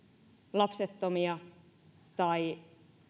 lapsettomia tai